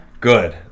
Good